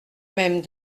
même